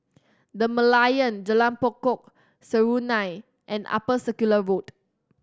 The Merlion Jalan Pokok Serunai and Upper Circular Road